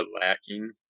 lacking